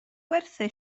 gwerthu